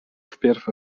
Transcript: wpierw